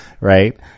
right